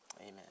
Amen